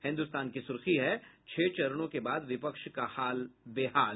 हिन्दुस्तान की सुर्खी है छह चरणों के बाद विपक्ष का हाल बेहाल